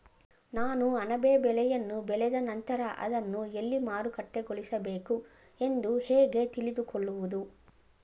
ನಾನು ಅಣಬೆ ಬೆಳೆಯನ್ನು ಬೆಳೆದ ನಂತರ ಅದನ್ನು ಎಲ್ಲಿ ಮಾರುಕಟ್ಟೆಗೊಳಿಸಬೇಕು ಎಂದು ಹೇಗೆ ತಿಳಿದುಕೊಳ್ಳುವುದು?